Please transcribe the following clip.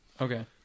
Okay